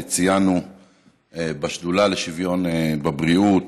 ציינו בשדולה לשוויון בבריאות,